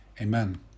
Amen